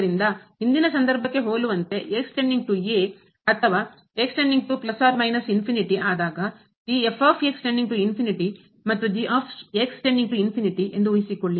ಆದ್ದರಿಂದ ಹಿಂದಿನ ಸಂದರ್ಭಕ್ಕೆ ಹೋಲುವಂತೆ ಅಥವಾ ಆದಾಗ ಈ ಮತ್ತು ಎಂದು ಊಹಿಸಿಕೊಳ್ಳ